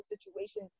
situation